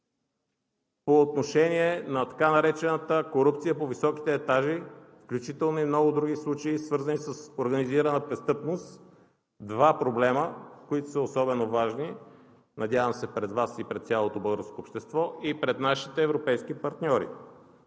по отношение на така наречената корупция по високите етажи, включително и много други случаи, свързани с организирана престъпност – два проблема, които са особено важни, надявам се пред Вас и пред цялото българско общество, и пред нашите европейски партньори.